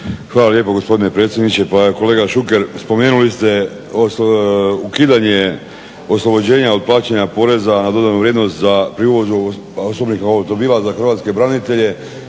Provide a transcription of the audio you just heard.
Hvala lijepo gospodine predsjedniče. Pa kolega Šuker, spomenuli ste ukidanje oslobođenja od plaćanja poreza na dodanu vrijednost pri uvozi osobnih automobila za hrvatske građane